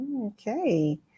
Okay